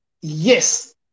Yes